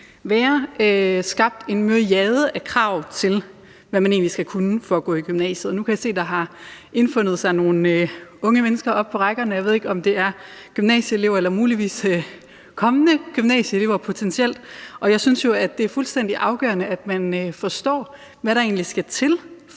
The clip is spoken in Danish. blev skabt en myriade af krav om, hvad man egentlig skal kunne for at gå i gymnasiet. Og nu kan jeg se, der har indfundet sig nogle unge mennesker oppe på rækkerne; jeg ved ikke, om det er gymnasieelever eller muligvis potentielt kommende gymnasieelever. Og jeg synes jo, det er fuldstændig afgørende, at man forstår, hvad der egentlig skal til